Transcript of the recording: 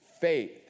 faith